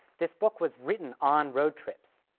this book was written on road trips.